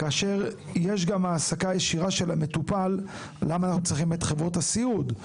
כאשר יש גם העסקה ישירה של המטופל למה אנחנו צריכים את חברות הסיעוד?